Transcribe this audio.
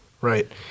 Right